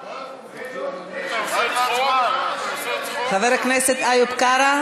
בר-לב, יחיאל חיליק בר, עמיר פרץ, מרב מיכאלי,